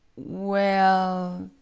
well